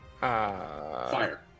Fire